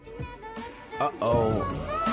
Uh-oh